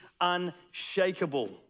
unshakable